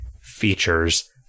features